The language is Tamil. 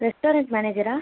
ரெஸ்டாரண்ட் மேனேஜரா